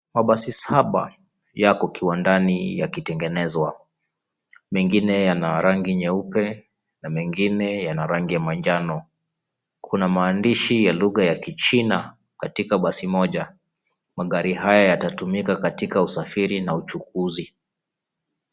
Mabasi saba yako kiwandani yakitengenezwa, mengine yana rangi nyeupe na mengine yana rangi ya manjano. Kuna maandishi ya lugha ya kichina katika basi moja. Magari haya yatatumika katika usafiri na uchukuzi.